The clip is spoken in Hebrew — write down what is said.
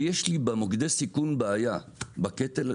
יש לי במוקדי הסיכון בעיה בקטל,